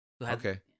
Okay